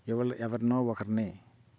ఎవల్ ఎవరినో ఒకర్ని